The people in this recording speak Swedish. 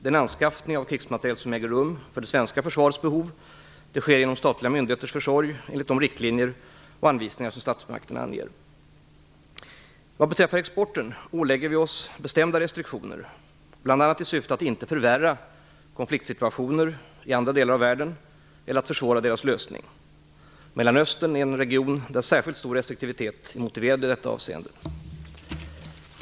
Den anskaffning av krigsmateriel som äger rum för det svenska försvarets behov sker genom statliga myndigheters försorg enligt de riktlinjer och anvisningar som statsmakterna anger. Vad beträffar exporten ålägger vi oss bestämda restriktioner bl.a. i syfte att inte förvärra konfliktsituationer i andra delar av världen eller att försvåra deras lösning. Mellanöstern är en region där särskilt stor restriktivitet är motiverad i detta avseende.